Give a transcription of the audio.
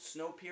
Snowpiercer